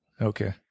Okay